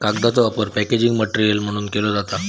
कागदाचो वापर packaging material म्हणूनव केलो जाता